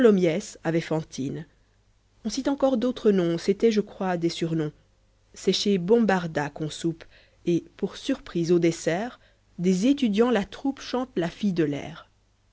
avait fantine on cite encor d'autres noms c'était je crois des surnoms c'est chez bombarda qu'on soupe et pour su rprise au dessert des étudiants la troupe chante la fille de l'air